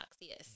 yes